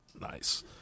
Nice